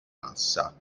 massa